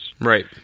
Right